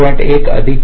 1 अधिक 0